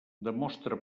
demostra